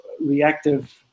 reactive